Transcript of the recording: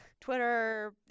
Twitter